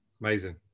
Amazing